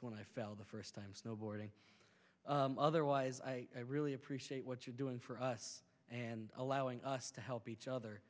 when i fell the first time snowboarding otherwise i really appreciate what you're doing for us and allowing us to help each other